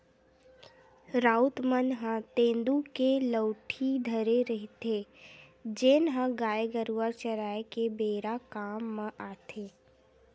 राउत मन ह तेंदू के लउठी धरे रहिथे, जेन ह गाय गरुवा चराए के बेरा काम म आथे